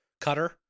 cutter